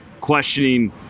questioning